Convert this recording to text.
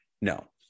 No